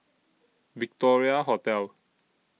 Victoria Hotel